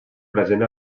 present